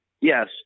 Yes